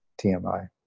TMI